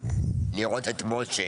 לראות את משה,